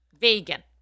Vegan